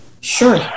sure